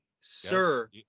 Sir